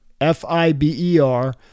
F-I-B-E-R